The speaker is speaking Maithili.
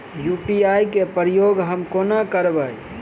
यु.पी.आई केँ प्रयोग हम कोना करबे?